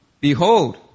Behold